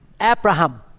Abraham